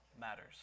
matters